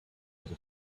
with